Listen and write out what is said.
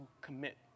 commit